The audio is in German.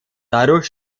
dadurch